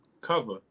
cover